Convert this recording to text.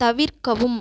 தவிர்க்கவும்